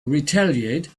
retaliate